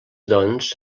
doncs